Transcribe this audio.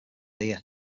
ear